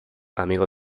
amigo